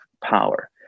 power